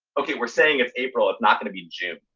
ok, we're saying it's april. it's not going to be june